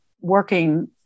working